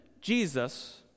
Jesus